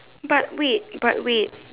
but wait but wait